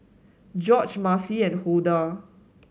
Gorge Marci and Hulda